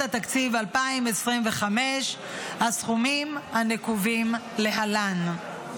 התקציב 2025 הסכומים הנקובים להלן".